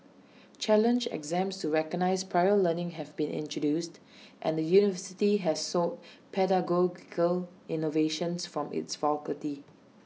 challenge exams to recognise prior learning have been introduced and the university has sought pedagogical innovations from its faculty